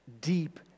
deep